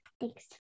Thanks